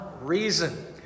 reason